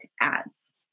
ads